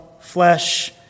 flesh